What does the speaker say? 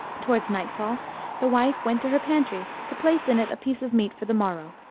towards night-fall the wife went to her pantry to place in it a piece of meat for the morrow,